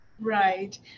Right